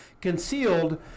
concealed